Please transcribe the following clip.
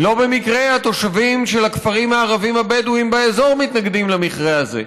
לא במקרה התושבים של הכפרים הערביים הבדואיים באזור מתנגדים למכרה הזה,